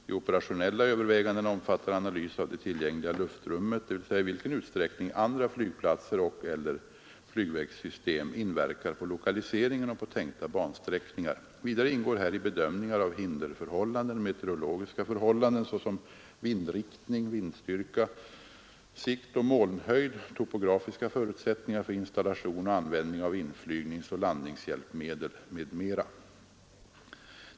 De operationella övervägandena omfattar analys av det tillgängliga luftrummet, dvs. i vilken utsträckning andra flygplatser och/eller flygvägssystem inverkar på lokaliseringen och på tänkta bansträckningar. Vidare ingår häri bedömningar av hinderförhållanden, meteorologiska förhållanden såsom vindriktning, vindstyrka, sikt och molnhöjd, topografiska förutsättningar för installation och användning av inflygningsoch landningshjälpmedel m.m.